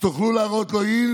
תוכלו להראות לו: הינה,